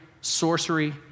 sorcery